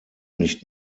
nicht